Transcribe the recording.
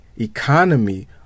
economy